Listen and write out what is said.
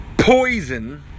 poison